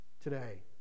Today